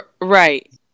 right